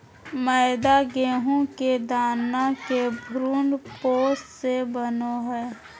मैदा गेहूं के दाना के भ्रूणपोष से बनो हइ